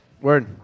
Word